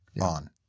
on